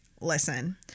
listen